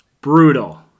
Brutal